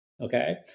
Okay